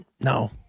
no